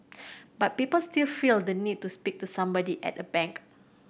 but people still feel the need to speak to somebody at a bank